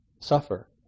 suffer